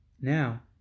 now